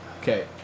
Okay